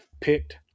picked